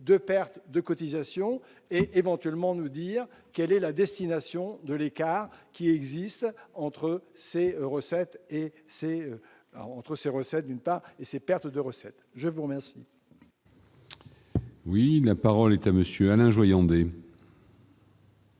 de perte de cotisations et éventuellement nous dire quelle est la destination de l'écart qui existe entre ses recettes et c'est entre ses recettes, d'une